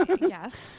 Yes